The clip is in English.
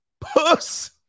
puss